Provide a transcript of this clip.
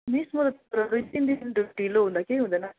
miss म त दुई तिन दिन ढिलो हुँदा केही हुँदैन